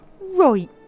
Right